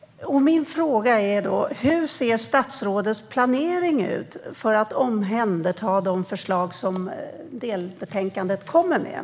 Min fråga är hur statsrådets planering ser ut när det gäller att ta hand om de förslag som delbetänkandet innehåller.